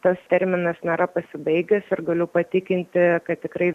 tas terminas nėra pasibaigęs ir galiu patikinti kad tikrai